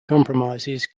compromises